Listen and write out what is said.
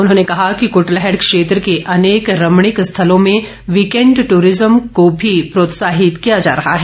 उन्होंने कहा कि कुटलैहड़ क्षेत्र के अनेक रमणीक स्थलों में वीकेंड टूरिज्म को भी प्रोत्साहित किया जा रहा है